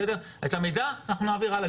ואת המידע אנחנו נעביר הלאה,